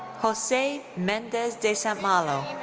jose mendez de st. malo.